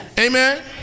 Amen